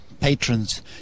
patrons